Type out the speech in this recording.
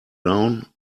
down